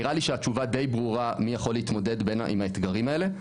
נראה לי שהתשובה דיי ברורה מי יכול להתמודד עם האתגרים האלה.